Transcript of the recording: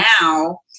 now